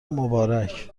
مبارک